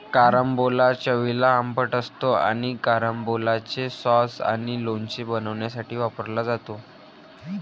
carambola चवीला आंबट असतो आणि कॅरंबोलाचे सॉस आणि लोणचे बनवण्यासाठी वापरला जातो